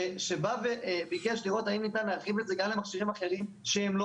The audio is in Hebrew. שבא וביקש לראות האם ניתן להרחיב את סה גם למכשירים אחרים שהם לא